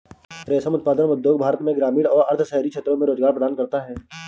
रेशम उत्पादन उद्योग भारत में ग्रामीण और अर्ध शहरी क्षेत्रों में रोजगार प्रदान करता है